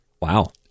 Wow